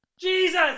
Jesus